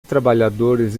trabalhadores